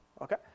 Okay